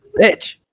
Bitch